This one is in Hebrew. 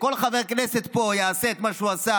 כל חבר כנסת פה שיעשה את מה שהוא עשה